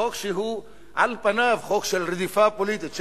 חוק שהוא על פניו חוק של רדיפה פוליטית,